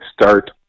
start